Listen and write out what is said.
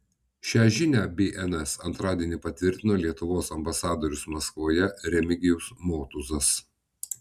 šią žinią bns antradienį patvirtino lietuvos ambasadorius maskvoje remigijus motuzas